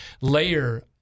layer